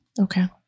Okay